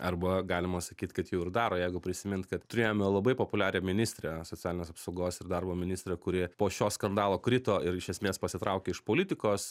arba galima sakyt kad jau ir daro jeigu prisimint kad turėjome labai populiarią ministrę socialinės apsaugos ir darbo ministrę kuri po šio skandalo krito ir iš esmės pasitraukė iš politikos